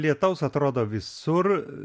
lietaus atrodo visur